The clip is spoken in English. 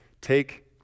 Take